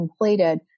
completed